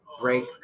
break